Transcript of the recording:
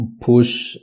push